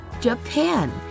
Japan